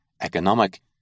economic